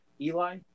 Eli